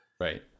Right